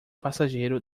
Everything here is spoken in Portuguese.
passageiro